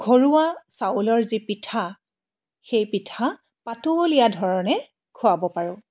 ঘৰুৱা চাউলৰ যি পিঠা সেই পিঠা পাতলীয়া ধৰণে খুৱাব পাৰোঁ